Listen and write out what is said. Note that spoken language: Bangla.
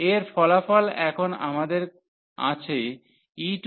এর ফলাফল এখন আমাদের আছে ex2x2